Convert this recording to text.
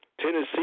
Tennessee